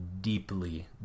deeply